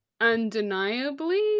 undeniably